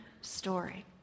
story